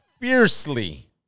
fiercely